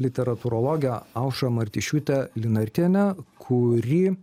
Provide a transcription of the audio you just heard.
literatūrologę aušrą martišiūtę linartienę kuri